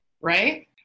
right